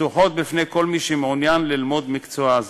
פתוחות בפני כל מי שמעוניין ללמוד מקצוע זה.